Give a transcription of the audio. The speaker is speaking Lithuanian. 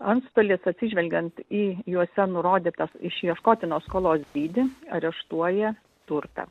antstolis atsižvelgiant į juose nurodytos išieškotinos skolos dydį areštuoja turtą